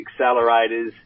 accelerators